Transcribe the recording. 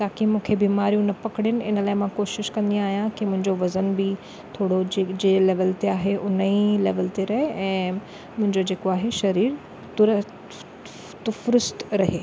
ताक़ी मूंखे बीमारियूं न पकिड़ियुनि इन लाइ मां कोशिशि कंदी आहियां की मुंहिंजो वज़न बि थोरो जंहिं लेवल ते आहे उन ई लेवल ते रहे ऐं मुंहिंजो जेको आहे शरीर तुरफ तुफरुस्त रहे